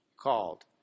called